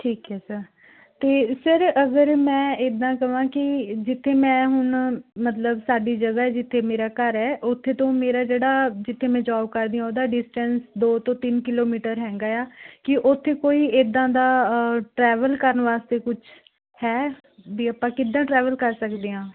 ਠੀਕ ਹੈ ਸਰ ਅਤੇ ਸਰ ਅਗਰ ਮੈਂ ਇੱਦਾਂ ਕਹਾਂ ਕਿ ਜਿੱਥੇ ਮੈਂ ਹੁਣ ਮਤਲਬ ਸਾਡੀ ਜਗ੍ਹਾ ਜਿੱਥੇ ਮੇਰਾ ਘਰ ਹੈ ਉੱਥੇ ਤੋਂ ਮੇਰਾ ਜਿਹੜਾ ਜਿੱਥੇ ਮੈਂ ਜੋਬ ਕਰਦੀ ਉਹਦਾ ਡਿਸਟੈਂਸ ਦੋ ਤੋਂ ਤਿੰਨ ਕਿਲੋਮੀਟਰ ਹੈਗਾ ਆ ਕੀ ਉੱਥੇ ਕੋਈ ਇੱਦਾਂ ਦਾ ਟਰੈਵਲ ਕਰਨ ਵਾਸਤੇ ਕੁਛ ਹੈ ਵੀ ਆਪਾਂ ਕਿੱਦਾਂ ਟਰੈਵਲ ਕਰ ਸਕਦੇ ਹਾਂ